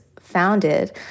founded